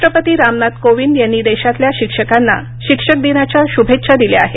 राष्ट्रपती रामनाथ कोविंद यांनी देशातल्या शिक्षकांना शिक्षक दिनाच्या शुभेच्छा दिल्या आहेत